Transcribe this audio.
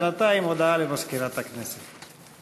בינתיים, הודעה למזכירת הכנסת.